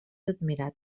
admirat